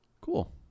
Cool